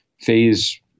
phase